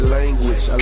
language